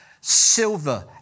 Silver